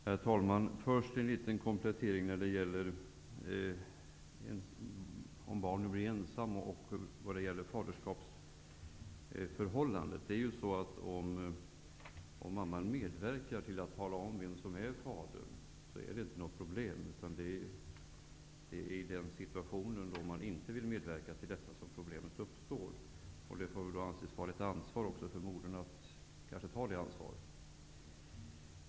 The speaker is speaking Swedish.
Herr talman! Först en liten komplettering när det gäller faderskapsförhållandet. Om mamman medverkar och talar om vem som är fadern, är det inte något problem. Det är i den situation som man inte vill medverka till detta som problemet uppstår. Det får väl anses vara en plikt för modern att ta det ansvaret. Herr talman!